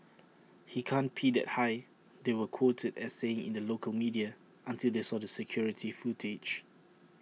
he can't pee that high they were quoted as saying in the local media until they saw the security footage